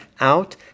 out